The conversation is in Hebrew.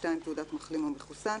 תעודת מחלים או מחוסן,